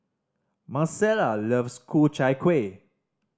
Marcella loves Ku Chai Kuih